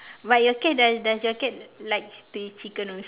but your cat does does your cat likes to eat chicken also